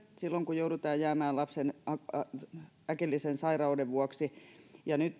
silloin kun joudutaan jäämään töistä lapsen äkillisen sairauden vuoksi ja nyt